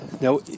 now